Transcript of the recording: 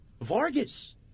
Vargas